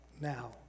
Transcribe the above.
now